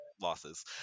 losses